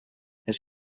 his